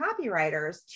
copywriters